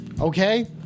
Okay